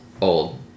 Old